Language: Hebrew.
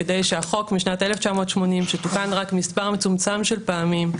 כדי שהחוק משנת 1980 שתוקן רק מספר מצומצם של פעמים,